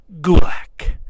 Gulak